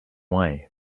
way